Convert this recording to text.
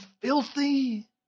filthy